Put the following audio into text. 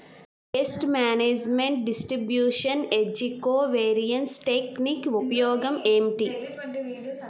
paste management distribution ఏజ్జి covariance technique ఉపయోగం ఏంటి